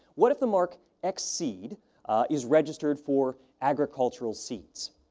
what if the mark x-seed is registered for agricultural seeds.